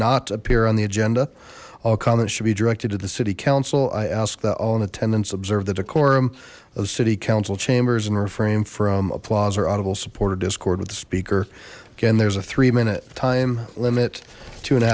not appear on the agenda all comments should be directed to the city council i ask that all in attendance observe the decorum of city council chambers and refrain from applause or audible support or discord with the speaker again there's a three minute time limit two and a